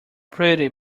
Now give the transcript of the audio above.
pretty